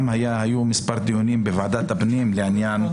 היו מספר דיונים בוועדת הפנים לעניין